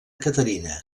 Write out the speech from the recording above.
caterina